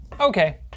Okay